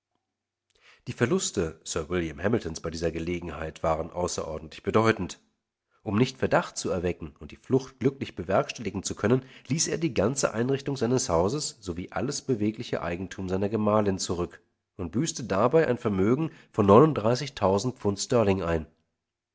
die verluste sir william hamiltons bei dieser gelegenheit waren außerordentlich bedeutend um nicht verdacht zu erwecken und die flucht glücklich bewerkstelligen zu können ließ er die ganze einrichtung seines hauses sowie alles bewegliche eigentum seiner gemahlin zurück und büßte dabei ein vermögen von pfund sterling ein